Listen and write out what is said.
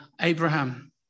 Abraham